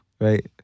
Right